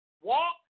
walk